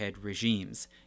regimes